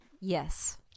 Yes